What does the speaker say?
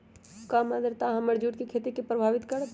कम आद्रता हमर जुट के खेती के प्रभावित कारतै?